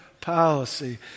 policy